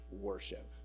worship